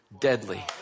deadly